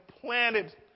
planted